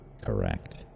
Correct